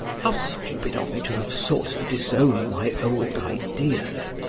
how stupid of me to have sought to disown my old ideas,